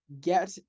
get